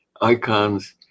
icons